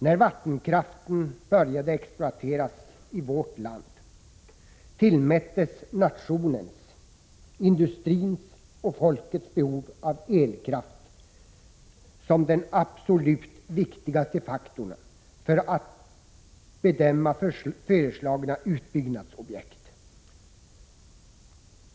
När vattenkraften började exploateras i vårt land tillmättes nationens, industrins och folkets behov av elkraft den absolut största vikten när det gällde att bedöma föreslagna utbyggnadsobjekt.